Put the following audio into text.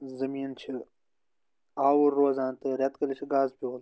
زٔمیٖن چھُ آوُر روزان تہٕ ریٚتہٕ کٲلِس چھِ گاسہٕ بیٚول